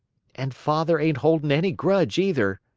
and father ain't holding any grudge, either,